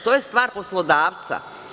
To je stvar poslodavca.